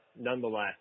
nonetheless